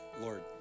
Lord